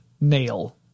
nail